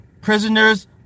prisoners